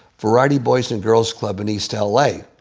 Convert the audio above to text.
variety boys and girls club in east l a,